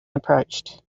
approached